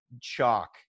chalk